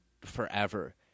forever